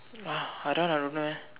!wah! I don't want I don't know eh